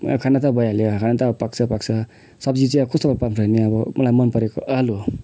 अब खाना त भइहाल्यो खाना त पाक्छ पाक्छ सब्जी चाहिँ अब कस्तो पाक्छ भने अब मलाई मनपरेको आलु हो